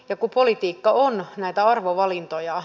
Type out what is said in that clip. jakopolitiikka on näitä arvovalintoja